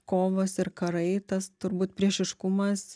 kovos ir karai tas turbūt priešiškumas